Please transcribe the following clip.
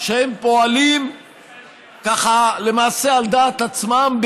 שהם פועלים ככה למעשה על דעת עצמם,